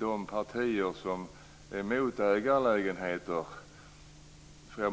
de partier som är emot ägarlägenheter.